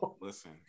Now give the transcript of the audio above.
Listen